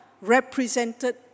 represented